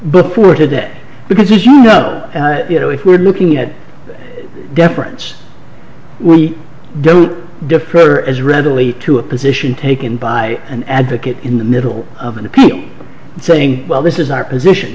but poor today because you know you know if we're looking at deference we don't deprive as readily to a position taken by an advocate in the middle of an appeal saying well this is our position